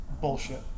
bullshit